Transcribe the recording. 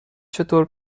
چطور